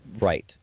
Right